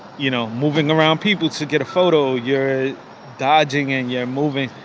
you know, moving around people to get a photo. you're dodging and. yeah, moving.